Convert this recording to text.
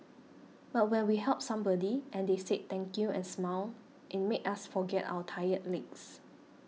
but when we helped somebody and they said thank you and smiled it made us forget our tired legs